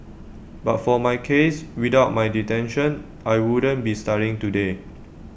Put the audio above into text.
but for my case without my detention I wouldn't be studying today